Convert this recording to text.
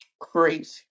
Crazy